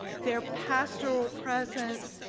their pastoral presence,